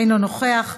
אינו נוכח,